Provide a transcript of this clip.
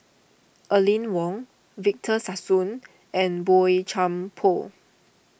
Aline Wong Victor Sassoon and Boey Chuan Poh